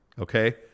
okay